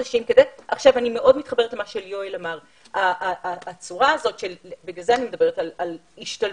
אני מאוד מתחברת למה שיואל אמר ולכן אני מדברת על השתלבות.